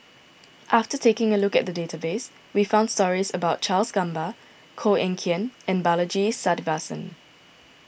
after taking a look at the database we found stories about Charles Gamba Koh Eng Kian and Balaji Sadasivan